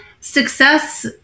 success